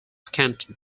canton